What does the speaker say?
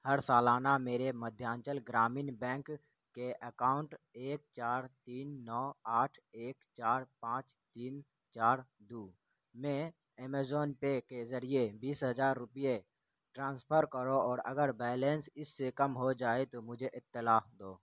ہر سالانہ میرے مدھیانچل گرامین بینک کے اکاؤنٹ ایک چار تین نو آٹھ ایک چار پانچ تین چار دو میں ایمیزون پے کے ذریعے بیس ہزار روپیے ٹرانسفر کرو اور اگر بیلنس اس سے کم ہو جائے تو مجھے اطلاع دو